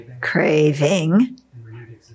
craving